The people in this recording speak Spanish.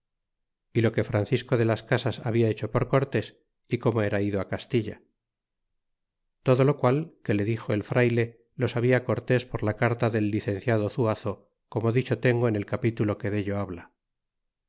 y lo que francisco de las casas habia hecho por cortés y como era ido castilla todo lo qual que le dixo el frayle lo sabia cortés por la carta del licenciado zuazo como dicho tengo en el capítulo que dello habla